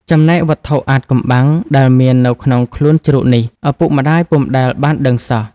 ចំណែកវត្ថុអាថ៌កំបាំង ដែលមាននៅក្នុងខ្លួនជ្រូកនេះ ឪពុកម្ដាយពុំដែលបានដឹងសោះ ។